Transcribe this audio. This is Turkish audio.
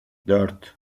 dört